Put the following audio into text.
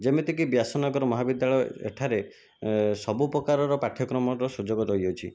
ଯେମିତିକି ବ୍ୟାସନଗର ମହାବିଦ୍ୟାଳୟ ଏଠାରେ ସବୁ ପ୍ରକାରର ପାଠ୍ୟକ୍ରମର ସୁଯୋଗ ରହିଅଛି